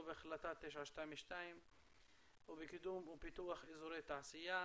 בהחלטה 922 ובקידום ובפיתוח אזורי תעשייה,